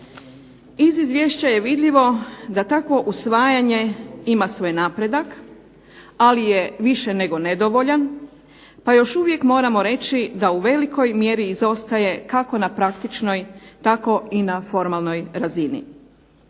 IZ Izvješća je vidljivo da takvo usvajanje ima svoj napredak ali je više nego nedovoljan, pa još uvijek moramo reći da u velikoj mjeri izostaje kako na praktičnoj tako i na formalnoj razini.